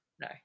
No